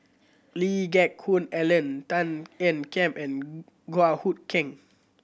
Lee Geck Hoon Ellen Tan Ean Kiam and Goh Hood Keng